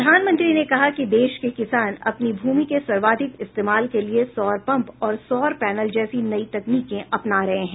प्रधानमंत्री ने कहा कि देश के किसान अपनी भूमि के सर्वाधिक इस्तेमाल के लिए सौर पम्प और सौर पैनल जैसी नई तकनीकें अपना रहे हैं